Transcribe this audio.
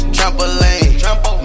Trampoline